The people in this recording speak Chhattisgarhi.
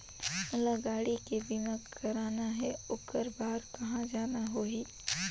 मोला गाड़ी के बीमा कराना हे ओकर बार कहा जाना होही?